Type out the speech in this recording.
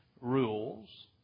rules